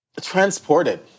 transported